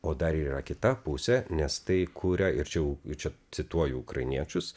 o dar yra kita pusė nes tai kuria ir čia jau jau čia cituoju ukrainiečius